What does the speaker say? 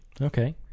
Okay